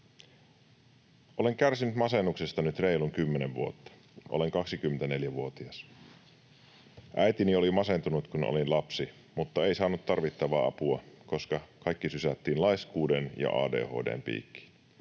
”Olen kärsinyt masennuksesta nyt reilu kymmenen vuotta. Olen 24-vuotias. Äitini oli masentunut, kun olin lapsi, mutta ei saanut tarvittavaa apua, koska kaikki sysättiin laiskuuden ja ADHD:n piikkiin.